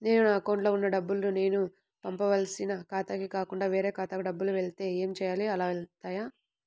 నేను నా అకౌంట్లో వున్న డబ్బులు నేను పంపవలసిన ఖాతాకి కాకుండా వేరే ఖాతాకు డబ్బులు వెళ్తే ఏంచేయాలి? అలా వెళ్తాయా?